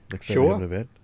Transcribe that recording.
Sure